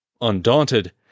Undaunted